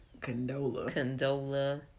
Condola